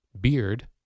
beard